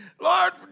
Lord